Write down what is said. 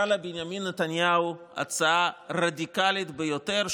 בנימין נתניהו קרא לה הצעה רדיקלית ביותר,